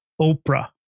oprah